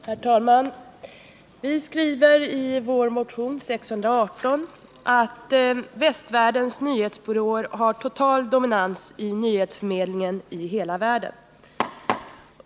Herr talman! Vi skriver i vår motion 618 att västvärldens nyhetsbyråer ”har total dominans i nyhetsförmedlingen över hela världen.